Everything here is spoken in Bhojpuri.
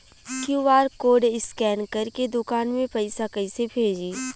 क्यू.आर कोड स्कैन करके दुकान में पैसा कइसे भेजी?